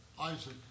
Isaac